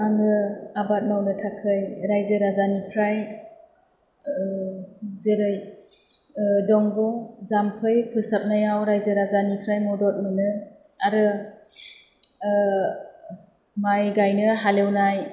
आङो आबाद मावनो थाखै रायजो राजानिफ्राइ ओह जेरै ओह दंग जाम्फै फोसाबनायाव रायजो राजानिफ्राइ मदद मोनो आरो ओह माइ गायनो हालिवनाय